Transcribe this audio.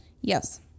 Yes